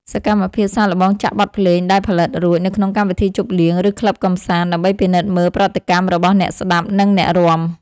សកម្មភាពសាកល្បងចាក់បទភ្លេងដែលផលិតរួច នៅក្នុងកម្មវិធីជប់លៀង ឬក្លឹបកម្សាន្ត ដើម្បីពិនិត្យមើលប្រតិកម្មរបស់អ្នកស្ដាប់ និងអ្នករាំ។